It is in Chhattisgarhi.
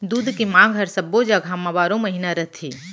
दूद के मांग हर सब्बो जघा म बारो महिना रथे